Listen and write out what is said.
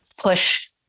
push